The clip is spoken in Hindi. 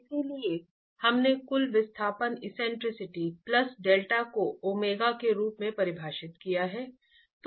इसलिए हमने कुल विस्थापन एक्सेंट्रिसिटी प्लस डेल्टा को ω के रूप में परिभाषित किया हैं